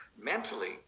mentally